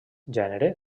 gènere